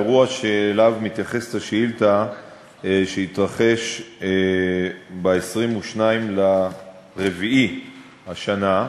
1 3. האירוע שאליו מתייחסת השאילתה התרחש ב-22 באפריל השנה,